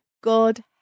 God